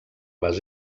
les